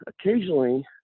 occasionally